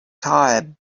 tire